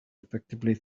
effectively